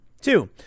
Two